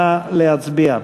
נא להצביע.